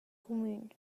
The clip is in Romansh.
cumün